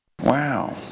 Wow